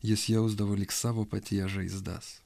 jis jausdavo lyg savo paties žaizdas